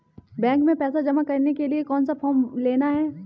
Bank में पैसा जमा करने के लिए कौन सा फॉर्म लेना है?